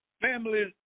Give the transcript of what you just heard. Families